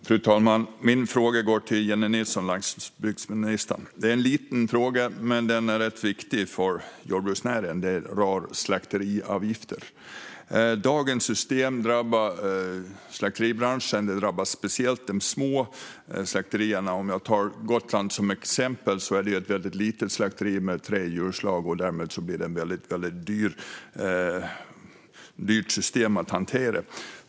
Fru talman! Min fråga går till landsbygdsminister Jennie Nilsson. Det är en liten fråga, men den är rätt viktig för jordbruksnäringen. Den rör slakteriavgifter. Dagens system drabbar slakteribranschen och speciellt de små slakterierna. Om jag tar Gotland som exempel finns där ett väldigt litet slakteri med tre djurslag. Därmed blir det ett väldigt dyrt system att hantera.